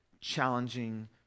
challenging